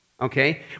Okay